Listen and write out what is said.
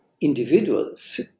individuals